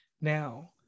Now